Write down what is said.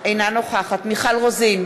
אינה נוכחת מיכל רוזין,